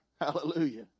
Hallelujah